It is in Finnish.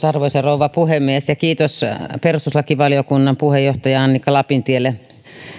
arvoisa rouva puhemies kiitos perustuslakivaliokunnan puheenjohtaja annika lapintielle